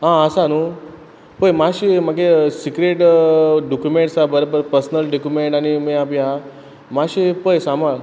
हा आसा न्हू पय मातशें म्हागे सिक्रेट दुकुमेंत आसा बरें बरें पर्सनल डॉक्युमेंट आनी आसा म्हाका मातशें पय सांबाळ